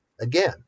Again